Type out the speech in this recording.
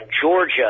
Georgia